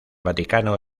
vaticano